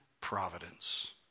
providence